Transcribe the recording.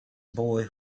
boy